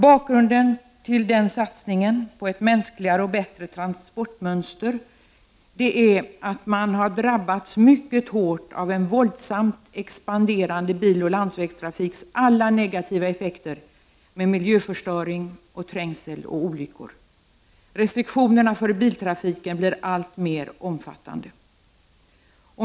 Bakgrunden till denna satsning på ett mänskligare och bättre transportmönster är att man har drabbats mycket hårt av en våldsamt expanderande biloch landsvägstrafiks alla negativa effekter med miljöförstöring, trängsel och olyckor. Restriktionerna för biltrafiken blir alltmer omfattande.